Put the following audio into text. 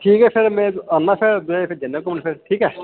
ठीक ऐ फिर औना में फिर जनेहा घुम्मन फिरन ठीक ऐ